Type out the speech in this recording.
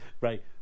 Right